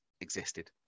existed